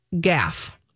gaff